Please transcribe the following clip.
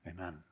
Amen